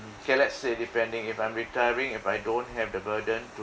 okay let's say depending if I'm retiring if I don't have the burden